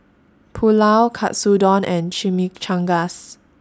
Pulao Katsudon and Chimichangas